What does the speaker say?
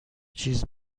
چیز